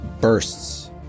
bursts